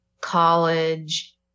college